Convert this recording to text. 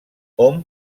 hom